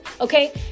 okay